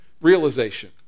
realization